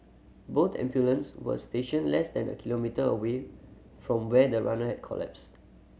both ambulance were stationed less than a kilometre away from where the runner had collapsed